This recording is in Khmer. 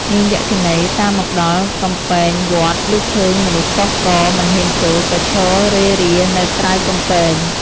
នាងយក្ខិនីតាមមកដល់កំពែងវត្ត លុះឃើញមនុស្សកុះករ មិនហ៊ានចូល ក៏ឈររេរានៅក្រៅកំពែង។